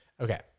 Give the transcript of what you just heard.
Okay